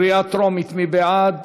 קריאה טרומית, מי בעד?